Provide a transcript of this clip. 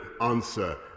answer